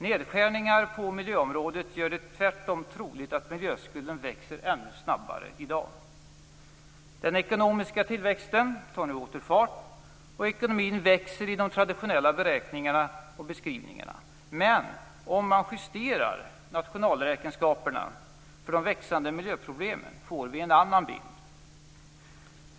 Nedskärningar på miljöområdet gör det tvärtom troligt att miljöskulden växer ännu snabbare i dag. Den ekonomiska tillväxten tar nu åter fart, och ekonomin växer i de traditionella beräkningarna och beskrivningarna. Men om man justerar nationalräkenskaperna för de växande miljöproblemen får vi en annan bild.